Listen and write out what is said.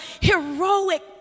heroic